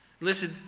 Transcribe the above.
listen